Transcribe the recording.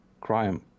crime